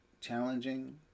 challenging